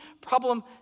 problem